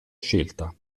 scelta